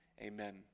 Amen